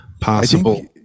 possible